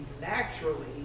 naturally